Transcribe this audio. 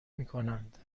میکنند